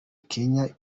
kenya